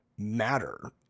Matter